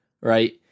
Right